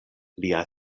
lia